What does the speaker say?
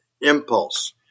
impulse